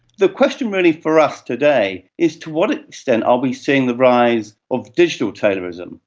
the question really for us today is to what extent are we seeing the rise of digital taylorism,